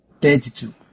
Thirty-two